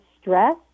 stress